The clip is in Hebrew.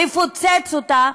לפוצץ אותה,